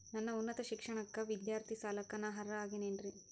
ನನ್ನ ಉನ್ನತ ಶಿಕ್ಷಣಕ್ಕ ವಿದ್ಯಾರ್ಥಿ ಸಾಲಕ್ಕ ನಾ ಅರ್ಹ ಆಗೇನೇನರಿ?